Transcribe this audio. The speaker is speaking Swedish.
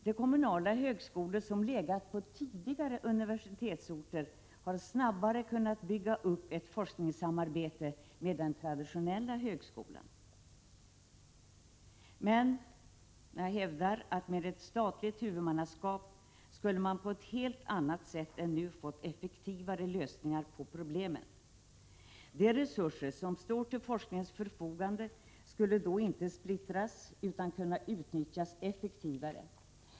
De kommunala högskolor som legat på tidigare universitetsorter har snabbare kunnat bygga upp ett forskningssamarbete med den traditionella högskolan. Jag hävdar att man med ett statligt huvudmannaskap på ett helt annat sätt än nu skulle få effektiva lösningar på problemen. De resurser som står till forskningens förfogande skulle då inte splittras utan kunna utnyttjas effektivare.